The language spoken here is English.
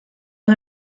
and